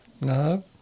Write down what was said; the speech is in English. No